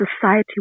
society